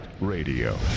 Radio